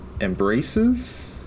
embraces